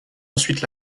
ensuite